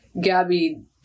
Gabby